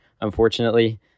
unfortunately